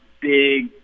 big